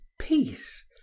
peace